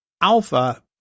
Alpha